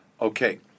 Okay